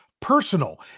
personal